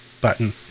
button